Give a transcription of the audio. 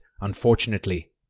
unfortunately